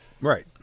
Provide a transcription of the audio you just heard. right